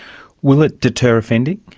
will it deter offending?